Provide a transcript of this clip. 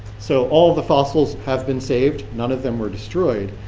so all the fossils have been saved. none of them were destroyed.